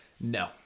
No